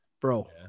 Bro